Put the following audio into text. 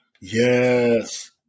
Yes